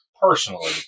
personally